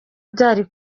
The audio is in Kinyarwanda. byari